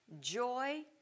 Joy